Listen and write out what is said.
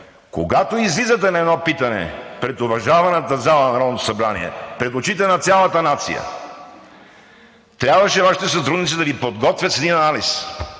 когато излизате на едно питане пред уважаваната зала на Народното събрание, пред очите на цялата нация, трябваше още сътрудниците да Ви подготвят с един анализ,